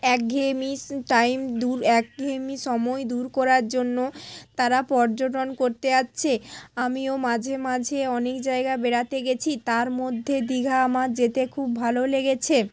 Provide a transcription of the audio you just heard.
এক ঘেয়েমিস টাইম দূর এক ঘেয়েমি সময় দূর করার জন্য তারা পর্যটন করতে আচ্ছে আমিও মাঝে মাঝে অনেক জায়গা বেড়াতে গেছি তার মধ্যে দীঘা আমার যেতে খুব ভালো লেগেছে